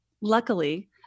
luckily